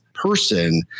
person